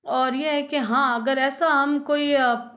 और ये है के हां अगर एसा हम कोई